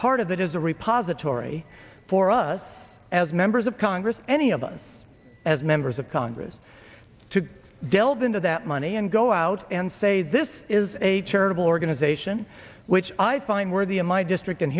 part of that is a repository for us as members of congress any of us as members of congress to delve into that money go out and say this is a charitable organization which i find worthy in my district and